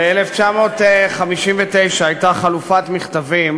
ב-1959 הייתה חליפת מכתבים